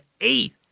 eight